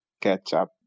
ketchup